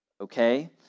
Okay